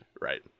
Right